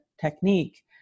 technique